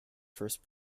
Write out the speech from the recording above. first